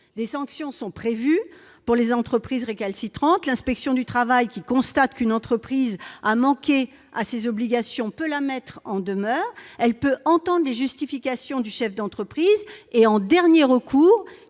Des sanctions sont prévues pour les entreprises récalcitrantes. L'inspection du travail peut mettre en demeure une entreprise ayant manqué à ses obligations. Elle peut entendre les justifications du chef d'entreprise et, en dernier recours,